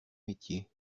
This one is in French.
métier